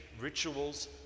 rituals